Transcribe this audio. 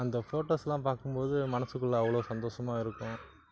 அந்த ஃபோட்டோஸ்லாம் பார்க்கும் போது மனசுக்குள்ளே அவ்வளோ சந்தோஷமாக இருக்கும்